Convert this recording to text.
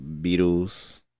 Beatles